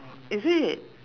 is it